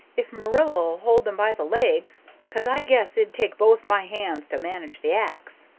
if marilla'll hold them by the legs, cause i guess it'd take both my hands to manage the axe.